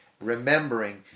remembering